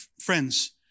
friends